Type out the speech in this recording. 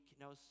no